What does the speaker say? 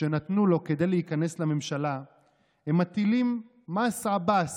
שנתנו לו כדי להיכנס לממשלה הם מטילים "מס עבאס",